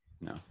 No